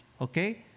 Okay